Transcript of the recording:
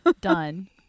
Done